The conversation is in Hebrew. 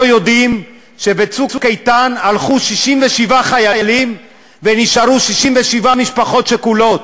יודעים ש"בצוק איתן" הלכו 67 חיילים ונשארו 67 משפחות שכולות.